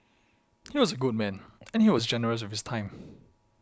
he was a good man and he was generous with his time